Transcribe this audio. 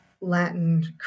Latin